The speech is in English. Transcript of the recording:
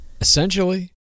Essentially